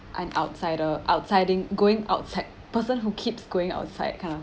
an outsider outsiding going outside person who keeps going outside kind of